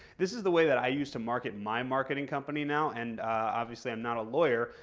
this is the way that i used to marketing my marketing company now, and obviously i'm not a lawyer.